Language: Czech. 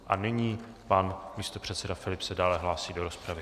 A nyní pan místopředseda Filip se dále hlásí do rozpravy.